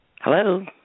Hello